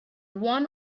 one